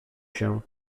się